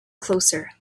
closer